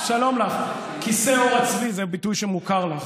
שלום לך, כיסא עור הצבי זה ביטוי שמוכר לך.